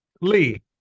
lee